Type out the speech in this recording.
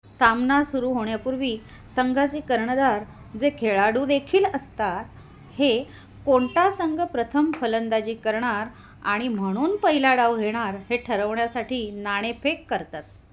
सामना सुरू होण्यापूर्वी संघाचे कर्णधार जे खेळाडूदेखील असतात हे कोणता संघ प्रथम फलंदाजी करणार आणि म्हणून पहिला डाव घेणार हे ठरवण्यासाठी नाणेफेक करतात